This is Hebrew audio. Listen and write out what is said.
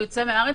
והוא יוצא מהארץ,